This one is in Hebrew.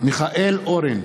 מיכאל אורן,